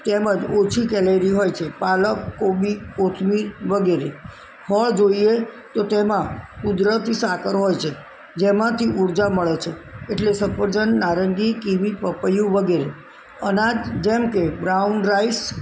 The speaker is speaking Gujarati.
તેમજ ઓછી કેલેરી હોય છે પાલક કોબી કોથમીર વગેરે ફળ જોઈએ તો તેમાં કુદરતી સાકર હોય છે જેમાંથી ઉર્જા મળે છે એટલે સફરજન નારંગી કિવિ પપૈયુ વગેરે અનાજ જેમ કે બ્રાઉન રાઇસ